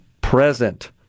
present